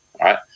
right